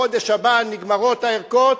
בחודש הבא נגמרות הערכות,